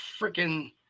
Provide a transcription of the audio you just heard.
freaking